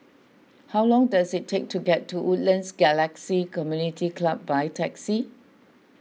how long does it take to get to Woodlands Galaxy Community Club by taxi